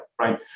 right